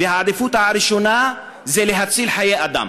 והעדיפות הראשונה זה להציל חיי אדם.